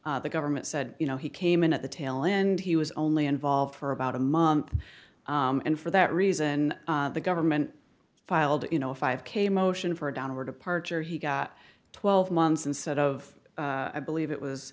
the government said you know he came in at the tail end he was only involved for about a month and for that reason the government filed you know a five k motion for a downward departure he got twelve months instead of i believe it was